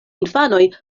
infanoj